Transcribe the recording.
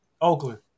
Oakland